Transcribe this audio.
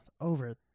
over